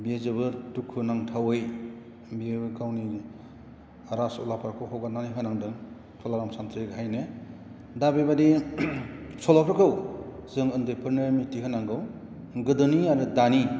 बियो जोबोद दुखुनांथावै बियो गावनि राजउलाफादखौ हगारनानै होनांदों तुलाराम सान्थ्रि गाहाइनो दा बेबायदि सल'फोरखौ जों उन्दैफोरनो मिथिहोनांगौ गोदोनि आरो दानि